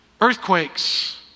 Earthquakes